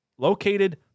Located